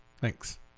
Thanks